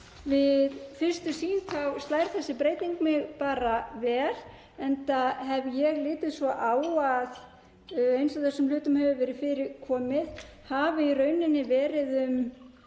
Við fyrstu sýn slær þessi breyting mig bara vel, enda hef ég litið svo á að eins og þessum hlutum hefur verið fyrir komið hafi í rauninni verið um